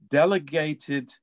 delegated